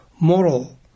moral